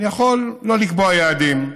אני יכול שלא לקבוע יעדים,